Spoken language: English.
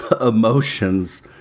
emotions